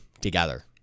together